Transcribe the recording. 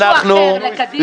זה משהו אחר, לקדימה.